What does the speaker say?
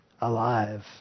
alive